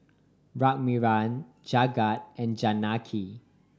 Raghuram Jagat and Janaki